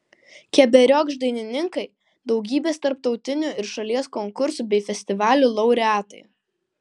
keberiokšt dainininkai daugybės tarptautinių ir šalies konkursų bei festivalių laureatai